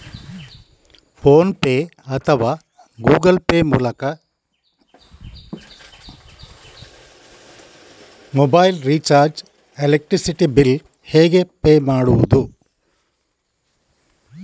Phone pay ಅಥವಾ Google pay ಮೂಲಕ mobile recharge, electricity bill ಹೇಗೆ ಪೇ ಮಾಡುವುದು?